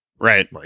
Right